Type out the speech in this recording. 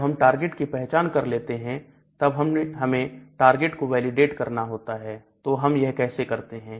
जब हम टारगेट की पहचान कर लेते हैं तब हमें टारगेट को वैलिडेट करना होता है तो हम यह कैसे करते हैं